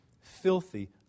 filthy